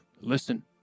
listen